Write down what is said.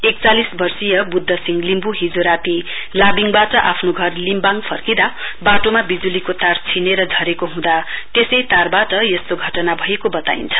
एकचालिस वार्षिय व्रध्द सिंह लिम्बू हिजो राती लाबिङबाट आफ्नो घर लिम्बाङ्ग फर्किदा बाटोमा विजुलीको तार छिनेर झरेको हुँदा त्यसै तारबाट यस्तो घटना भएको बताइन्छ